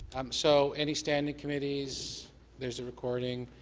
um so any standing committees there's a recording,